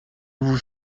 vous